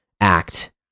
act